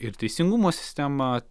ir teisingumo sistemą